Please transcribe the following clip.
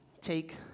take